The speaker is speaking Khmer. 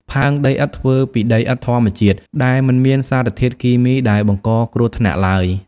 ផើងដីឥដ្ឋធ្វើពីដីឥដ្ឋធម្មជាតិ ដែលមិនមានសារធាតុគីមីដែលបង្កគ្រោះថ្នាក់ឡើយ។